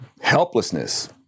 helplessness